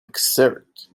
exert